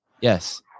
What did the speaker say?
Yes